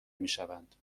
میشوند